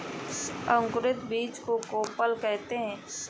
अंकुरित बीज को कोपल कहते हैं